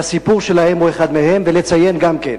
והסיפור שלהם הוא אחד מהם, ולציין גם כן,